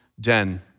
den